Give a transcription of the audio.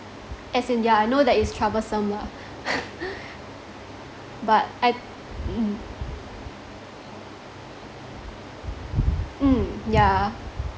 as in ya I know that is troublesome lah but I th~ mm mm yeah